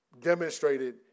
demonstrated